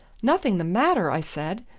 nothing the matter! i said.